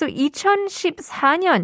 2014년